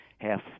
Half